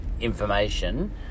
information